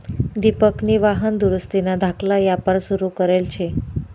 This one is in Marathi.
दिपकनी वाहन दुरुस्तीना धाकला यापार सुरू करेल शे